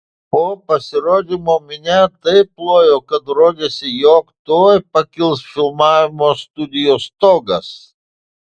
po pasirodymo minia taip plojo kad rodėsi jog tuoj pakils filmavimo studijos stogas